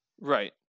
Right